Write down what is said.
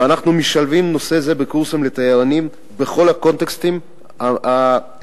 ואנחנו משלבים נושא זה בקורסים לתיירנים בכל הקונטקסטים המתאימים,